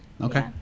Okay